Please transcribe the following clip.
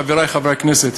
חברי חברי הכנסת.